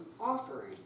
offering